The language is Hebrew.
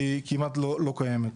היא כמעט לא קיימת.